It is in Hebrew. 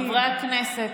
חברי הכנסת.